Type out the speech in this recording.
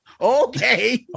Okay